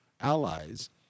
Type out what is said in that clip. allies